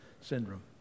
syndrome